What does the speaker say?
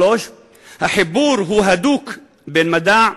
3. החיבור בין מדע,